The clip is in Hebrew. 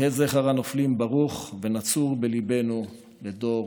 יהא זכר הנופלים ברוך ונצור בליבנו לדור-דור.